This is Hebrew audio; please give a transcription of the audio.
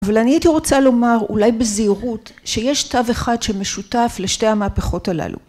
אבל אני הייתי רוצה לומר אולי בזהירות שיש קו אחד שמשותף לשתי המהפכות הללו.